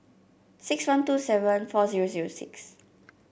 six one two seven four zero zero six